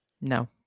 No